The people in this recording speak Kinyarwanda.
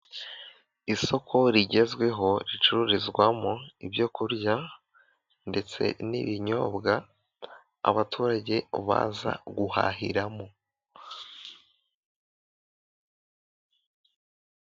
Isoko rigezweho ricururizwamo ibyoku kurya ndetse n' ibinyobwa, abaturage baza guhahiramo.